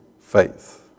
faith